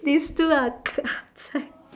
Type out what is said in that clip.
these two are